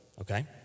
okay